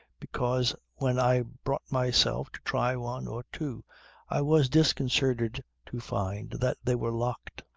because when i brought myself to try one or two i was disconcerted to find that they were locked.